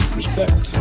respect